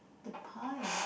the pie